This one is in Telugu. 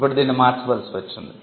ఇప్పుడు దీనిని మార్చవలసి వచ్చింది